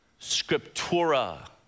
scriptura